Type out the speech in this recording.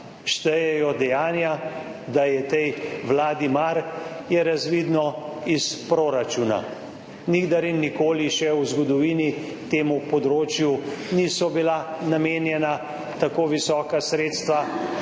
štejejo dejanja, da je tej Vladi mar, je razvidno iz proračuna. Nikdar in nikoli še v zgodovini temu področju niso bila namenjena tako visoka sredstva,